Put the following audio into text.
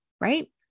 right